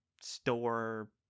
store